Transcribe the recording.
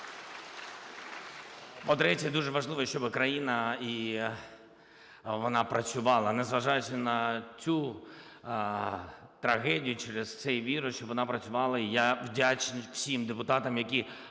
По-третє, дуже важливо, щоб країна вона працювала, незважаючи на цю трагедію через цей вірус, щоб вона працювала. І я вдячний всім депутатам, які